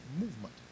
movement